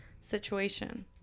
situation